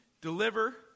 deliver